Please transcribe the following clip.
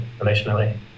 emotionally